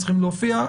צריכים להופיע.